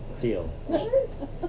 Deal